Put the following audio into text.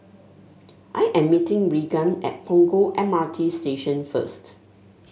I am meeting Reagan at Punggol M R T Station first